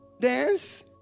dance